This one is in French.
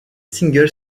singles